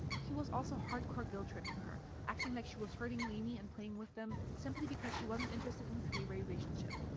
he was also hardcore guilt tripping her, acting like she was hurting lainey and playing with them simply because she wasn't interested in a three way relationship.